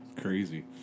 Crazy